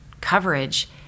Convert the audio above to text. coverage